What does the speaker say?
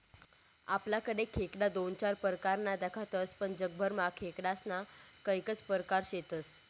आपलाकडे खेकडा दोन चार परकारमा दखातस पण जगभरमा खेकडास्ना कैकज परकार शेतस